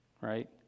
right